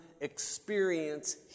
experience